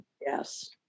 Yes